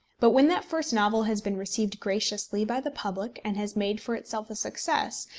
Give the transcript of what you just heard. but when that first novel has been received graciously by the public and has made for itself a success,